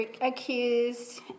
accused